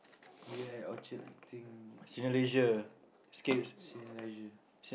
we at Orchard eating Cineleisure